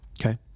Okay